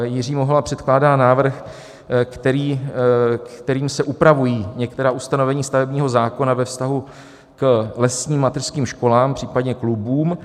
Jiří Mihola předkládá návrh, kterým se upravují některá ustanovení stavebního zákona ve vztahu k lesním mateřským školám, případně klubům.